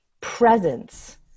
presence